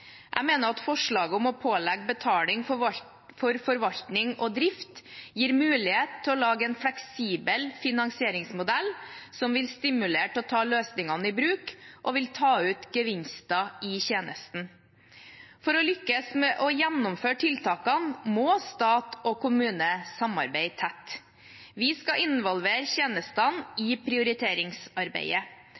Jeg mener at forslaget om å pålegge betaling for forvaltning og drift gir mulighet til å lage en fleksibel finansieringsmodell som vil stimulere til å ta løsningene i bruk og til å ta ut gevinster i tjenesten. For å lykkes med å gjennomføre tiltakene må stat og kommune samarbeide tett. Vi skal involvere tjenestene i prioriteringsarbeidet.